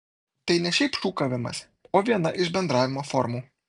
tai ne šiaip šūkavimas o viena iš bendravimo formų